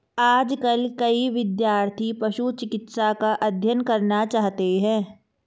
आजकल कई विद्यार्थी पशु चिकित्सा का अध्ययन करना चाहते हैं